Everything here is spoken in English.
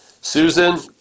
Susan